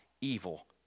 Evil